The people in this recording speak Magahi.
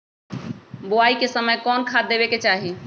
बोआई के समय कौन खाद देवे के चाही?